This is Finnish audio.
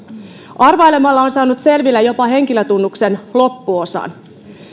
arvailemalla on saanut selville jopa henkilötunnuksen loppuosan